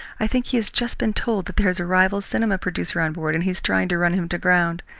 i think he has just been told that there is a rival cinema producer on board, and he is trying to run him to ground.